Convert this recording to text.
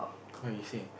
what you say